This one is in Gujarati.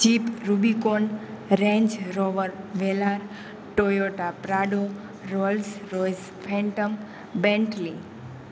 jeep Rubicon Range Rover Velar Toyota Prado Rolls Royce Phantom Bentley